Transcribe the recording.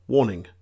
Warning